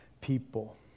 people